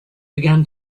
began